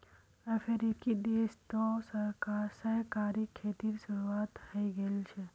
अफ्रीकी देश तो सहकारी खेतीर शुरुआत हइ गेल छ